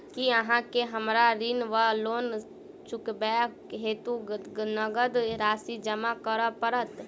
की अहाँ केँ हमरा ऋण वा लोन चुकेबाक हेतु नगद राशि जमा करऽ पड़त?